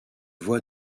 voie